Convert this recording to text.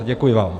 Děkuji vám.